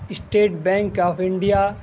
state bank of India